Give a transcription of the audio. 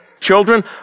Children